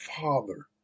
Father